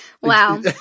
Wow